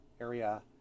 area